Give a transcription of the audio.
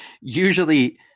usually